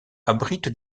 abrite